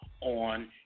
on